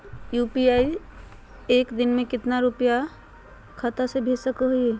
UPI से एक दिन में कितना रुपैया हम अपन खाता से भेज सको हियय?